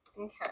Okay